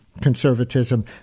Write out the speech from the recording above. conservatism